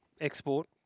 export